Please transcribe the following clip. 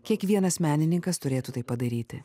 kiekvienas menininkas turėtų tai padaryti